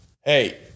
hey